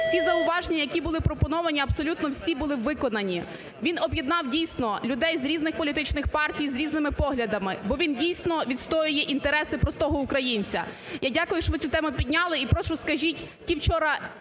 Ці зауваження, які були пропоновані абсолютно всі були виконані, він об'єднав дійсно людей з різних політичних партій, з різними поглядами, бо він дійсно відстоює інтереси простого українця. Я дякую, що ви цю тему підняли.